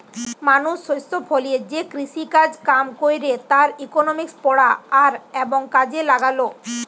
মানুষ শস্য ফলিয়ে যে কৃষিকাজ কাম কইরে তার ইকোনমিক্স পড়া আর এবং কাজে লাগালো